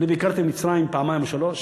אני ביקרתי במצרים פעמיים או שלוש